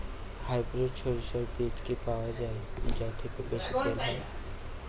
Hybrid শরিষা বীজ কি পাওয়া য়ায় যা থেকে বেশি তেল হয়?